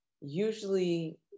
usually